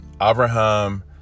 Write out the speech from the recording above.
Abraham